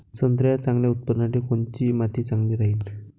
संत्र्याच्या चांगल्या उत्पन्नासाठी कोनची माती चांगली राहिनं?